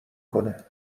کنه